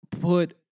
put